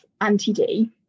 anti-D